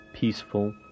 peaceful